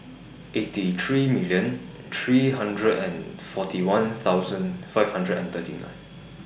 eighty three million three hundred and forty one thousand five hundred and thirty nine